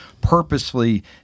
purposely